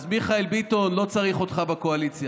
אז מיכאל ביטון, לא צריך אותך בקואליציה.